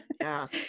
Yes